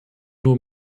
nur